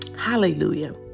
Hallelujah